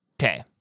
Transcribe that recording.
Okay